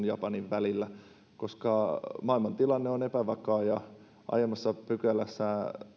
japanin välillä koska maailmantilanne on epävakaa aiemmassa pykälässä